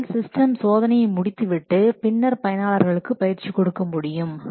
முதலில் சிஸ்டம் சோதனையை முடித்துவிட்டு பின்னர் பயனாளர்களுக்கு பயிற்சி கொடுக்க முடியும்